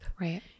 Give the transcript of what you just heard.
Right